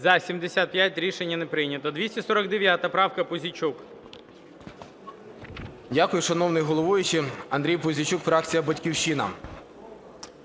За-89 Рішення не прийнято.